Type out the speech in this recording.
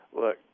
look